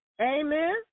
Amen